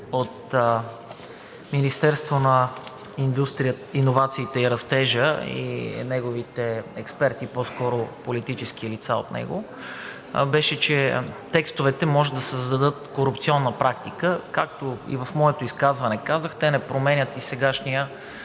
от Министерството на иновациите и растежа и неговите експерти, по-скоро политическите лица от него, беше, че текстовете може да създадат корупционна практика. Както и в моето изказване казах, те не променят и сегашния